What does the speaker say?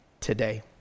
today